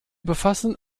befassen